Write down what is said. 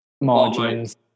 margins